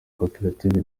koperative